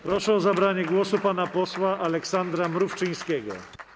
Proszę o zabranie głosu pana posła Aleksandra Mrówczyńskiego.